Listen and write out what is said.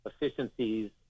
efficiencies